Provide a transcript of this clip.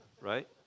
right